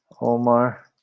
Omar